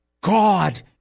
God